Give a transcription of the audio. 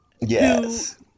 Yes